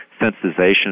sensitization